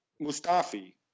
Mustafi